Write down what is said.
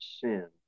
sin